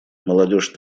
молодежь